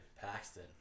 Paxton